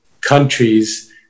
countries